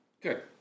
Good